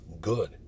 good